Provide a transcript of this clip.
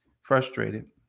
frustrated